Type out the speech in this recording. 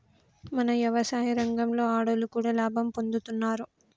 మన యవసాయ రంగంలో ఆడోళ్లు కూడా లాభం పొందుతున్నారు